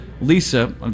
Lisa